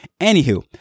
Anywho